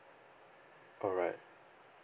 alright